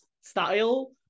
style